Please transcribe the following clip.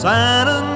Santa